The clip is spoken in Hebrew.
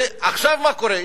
ועכשיו מה קורה?